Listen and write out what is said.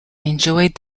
enjoyed